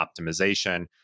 optimization